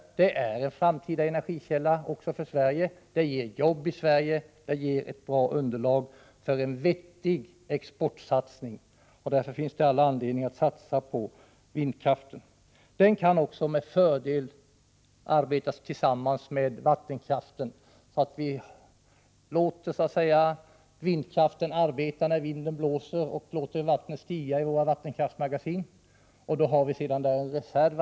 Vindkraften är en framtida energikälla också för Sverige. Den ger jobb i Sverige och ett bra underlag för en vettig exportsatsning. Därför finns det all anledning att satsa på vindkraften, som med fördel kan kombineras med vattenkraften. Vindkraften kan användas när vinden blåser, och samtidigt kan vi låta vattnet i våra vattenkraftsmagasin stiga. Vi får på det sättet en reserv.